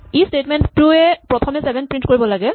এই স্টেটমেন্ট টোৱে প্ৰথমে চেভেন প্ৰিন্ট কৰিব লাগে